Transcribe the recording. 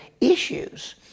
issues